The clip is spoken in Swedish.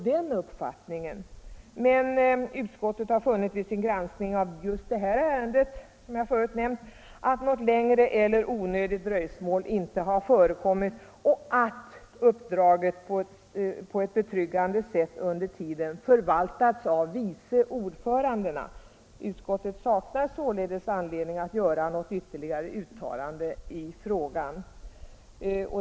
Men utskottet har vid sin granskning av just detta ärende funnit, som jag förut nämnt, att något längre eller onödigt dröjsmål inte har förekommit och att uppdraget under tiden på ett betryggande sätt förvaltats av vice orförandena. Utskottet saknar således anledning att göra något ytterligare uttalande i frågan.